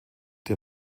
der